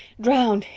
drowned.